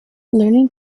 learning